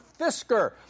Fisker